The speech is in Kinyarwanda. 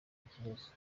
ikibazo